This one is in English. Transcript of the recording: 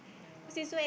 no